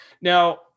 Now